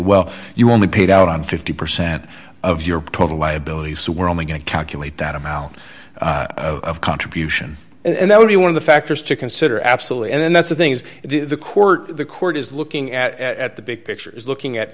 well you only paid out on fifty percent of your total liabilities so we're only going to calculate that amount of contribution and that would be one of the factors to consider absolutely and that's the things that the court the court is looking at at the big picture is looking at